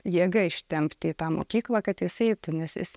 jėga ištempti į tą mokyklą kad jis eitų nes jis